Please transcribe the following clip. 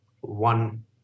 one